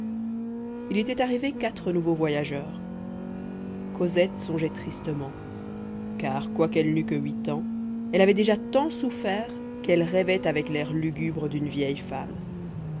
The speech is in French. il était arrivé quatre nouveaux voyageurs cosette songeait tristement car quoiqu'elle n'eût que huit ans elle avait déjà tant souffert qu'elle rêvait avec l'air lugubre d'une vieille femme